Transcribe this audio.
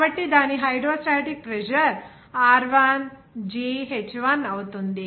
కాబట్టి దాని hydrostatic pressure r1gh1 అవుతుంది